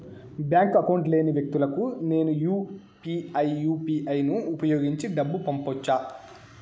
Bank account లేని వ్యక్తులకు నేను యు పి ఐ యు.పి.ఐ ను ఉపయోగించి డబ్బు పంపొచ్చా?